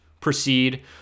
proceed